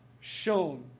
shown